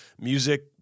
music